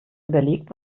überlegt